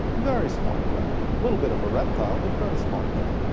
very smart guy. little bit of a reptile, but very smart guy.